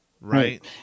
Right